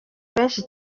benshi